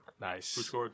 Nice